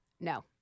No